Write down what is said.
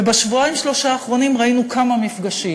ובשבועיים-שלושה האחרונים ראינו כמה מפגשים.